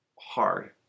hard